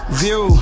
view